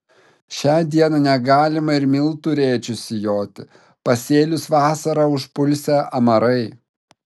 šią dieną negalima ir miltų rėčiu sijoti pasėlius vasarą užpulsią amarai